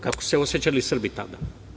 Kako su se osećali Srbi tada?